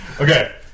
Okay